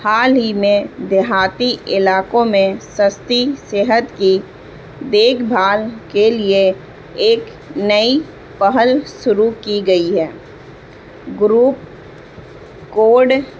حال ہی میں دیہاتی علاقوں میں سستی صحت کی دیکھ بھال کے لیے ایک نئی پہل شروع کی گئی ہے گروپ کوڈ